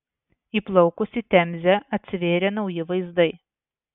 įplaukus į temzę atsivėrė nauji vaizdai